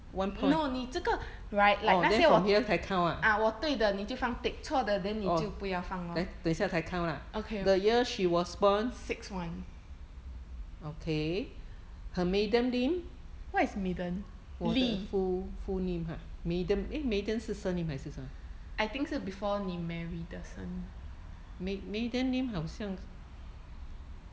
no 你这个 right like 那些我啊我对的你就放 tick 错的 then 你就不要放 lor okay six one what is maiden lee I think 是 before 你 marry 的 surname